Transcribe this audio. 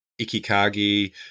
ikikagi